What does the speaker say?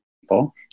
people